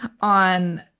on